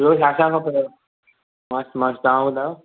ॿियो छा छा खपन्दव मस्तु मस्तु तव्हां ॿुधायो